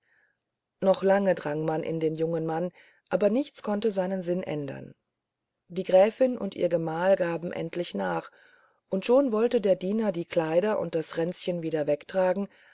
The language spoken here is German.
noch lange drang man in den jungen mann aber nichts konnte seinen sinn ändern die gräfin und ihr gemahl gaben endlich nach und schon wollte der diener die kleider und das ränzchen wieder wegtragen